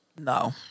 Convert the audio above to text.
No